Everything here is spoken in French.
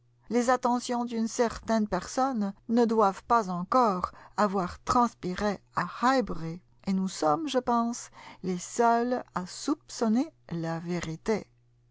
les attentions d'une certaine personne ne doivent pas encore avoir transpiré à highbury et nous sommes je pense les seules à soupçonner la vérité